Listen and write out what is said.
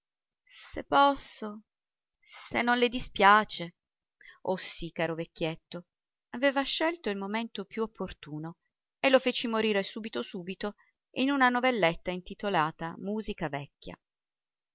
se posso se non le dispiace oh sì caro vecchietto aveva scelto il momento più opportuno e lo feci morire subito subito in una novelletta intitolata musica vecchia